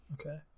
Okay